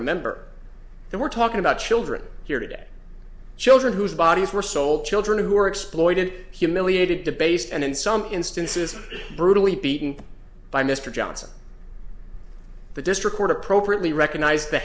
remember that we're talking about children here today children whose bodies were sold children who were exploited humiliated debased and in some instances brutally beaten by mr johnson the district court appropriately recognized the